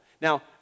Now